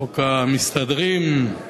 חוק המסתדרים,